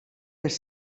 els